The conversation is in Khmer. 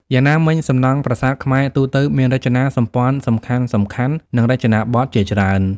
យ៉ាងណាមិញ សំណង់ប្រាសាទខ្មែរទូទៅមានរចនាសម្ព័ន្ធសំខាន់ៗ និងរចនាបថជាច្រើន។